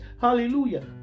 hallelujah